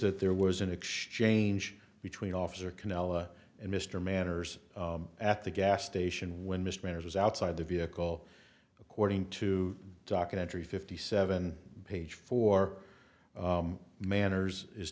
that there was an exchange between officer canela and mr manners at the gas station when mr manners was outside the vehicle according to documentary fifty seven page four manners is